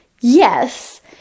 yes